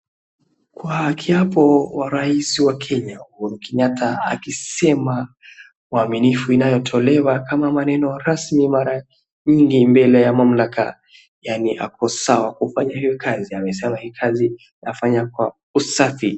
Kwa kiapo rais wa Kenya Uhuru Kenyatta akisema uaminifu unaotelewa kama maneno rasmi mbele ya mamlaka yaani ako sawa kufanya hio kazi. Amesema hii kazi anaifanya kwa usafi.